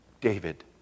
David